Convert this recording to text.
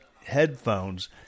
headphones